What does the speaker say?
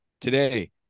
today